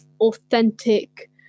authentic